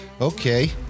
okay